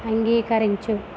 అంగీకరించు